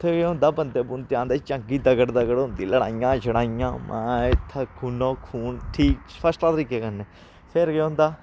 उत्थै केह् होंदा बंदे बूंदे आंदे चंगी तगड़ तगड़ होंदी लड़ाइयां शड़ाइयां माए इत्थै खूनो खून ठीक फर्स्ट क्लास तरीके कन्नै फिर केह् होंदा